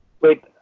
Wait